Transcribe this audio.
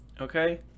Okay